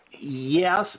Yes